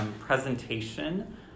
presentation